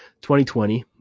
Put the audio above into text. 2020